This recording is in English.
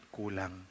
kulang